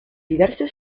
diverse